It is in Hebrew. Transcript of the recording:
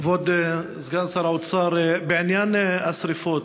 כבוד סגן שר האוצר, בעניין השרפות,